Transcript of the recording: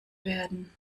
werden